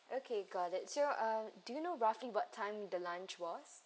okay got it so uh do you know roughly what time the lunch was